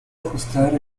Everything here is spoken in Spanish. ajustar